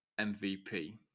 MVP